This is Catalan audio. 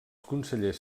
consellers